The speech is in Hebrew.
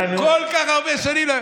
כל כך הרבה שנים.